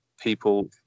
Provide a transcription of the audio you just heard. people